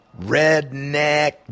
redneck